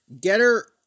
Getter